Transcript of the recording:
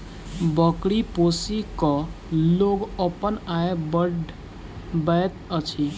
बकरी पोसि क लोक अपन आय बढ़बैत अछि